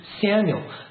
Samuel